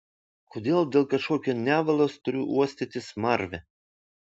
kodėl dėl kažkokio nevalos turiu uostyti smarvę